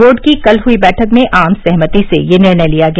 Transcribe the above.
board की कल हुई बैठक में आम सहमति से यह निर्णय लिया गया